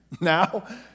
Now